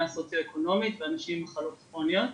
סוציו-אקונומית ואנשים עם מחלות כרוניות.